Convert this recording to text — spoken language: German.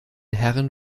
herren